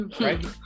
right